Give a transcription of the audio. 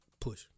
Push